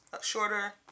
shorter